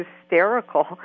hysterical